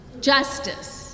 justice